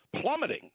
plummeting